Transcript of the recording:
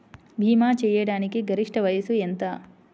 భీమా చేయాటానికి గరిష్ట వయస్సు ఎంత?